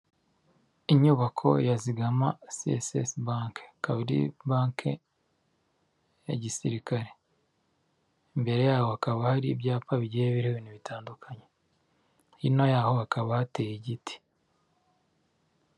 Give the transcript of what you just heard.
Inyubako ya zigama CSS banke, ikaba ari banke ya gisirikare. Imbere yaho hakaba hari ibyapa bigiye biriho ibintu bitandukanye. Hino yaho hakaba hateye igiti.